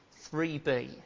3B